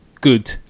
good